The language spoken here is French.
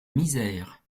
misère